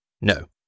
No